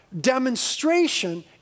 Demonstration